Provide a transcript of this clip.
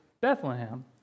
Bethlehem